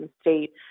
state